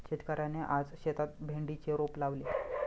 शेतकऱ्याने आज शेतात भेंडीचे रोप लावले